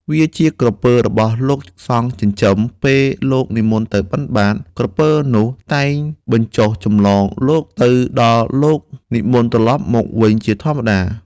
វាជាក្រពើរបស់លោកសង្ឃចិញ្ចឹម ពេល លោកនិមន្តទៅបិណ្ឌបាត ក្រពើនោះតែងបញ្ចុះចម្លងលោកទៅ ដល់លោកនិមន្តត្រឡប់មកវិញជាធម្មតា ។